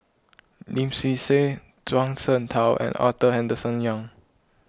Lim Swee Say Zhuang Sheng Tao and Arthur Henderson Young